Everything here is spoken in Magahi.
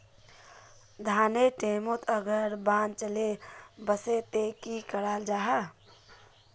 धानेर टैमोत अगर बान चले वसे ते की कराल जहा?